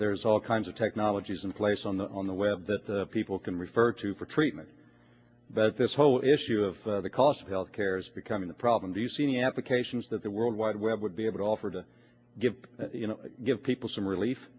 there is all kinds of technologies in place on the on the web that people can refer to protect but this whole issue of the cost of health care is becoming the problem do you see any applications that the world wide web would be able to offer to give you know give people some relief